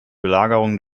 belagerung